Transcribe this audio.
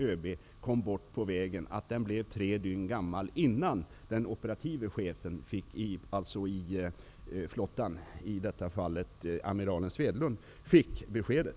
ÖB kom bort på vägen, att den blev tre dygn gammal innan den operative chefen i flottan, i detta fall amiral Swedlund, fick beskedet?